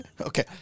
Okay